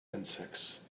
insects